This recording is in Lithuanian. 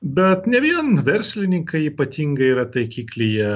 bet ne vien verslininkai ypatingai yra taikiklyje